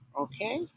Okay